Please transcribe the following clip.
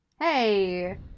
Hey